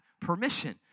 permission